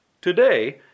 Today